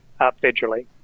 federally